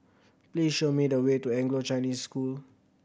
please show me the way to Anglo Chinese School